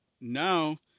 now